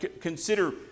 consider